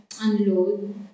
unload